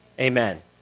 amen